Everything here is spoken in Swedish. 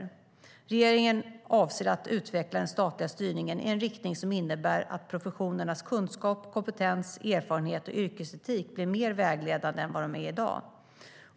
Regeringen avser att utveckla den statliga styrningen i en riktning som innebär att professionernas kunskap, kompetens, erfarenhet och yrkesetik blir mer vägledande än vad de är i dag.